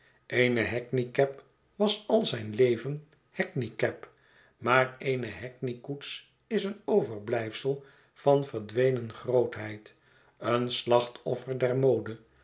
eene hackney cab was al zijn leven hackney cab maar eene hackneykoets is een overblijfsel van verdwenen grootheid een slachtoffer der mode